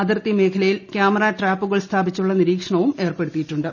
അതിർത്തി മേഖലയിൽ ക്യാമറ ട്രാപ്പുകൾ സ്ഥാപിച്ചുള്ള നിരീക്ഷണവും ഏർപ്പെടുത്തിയിട്ടുണ്ട്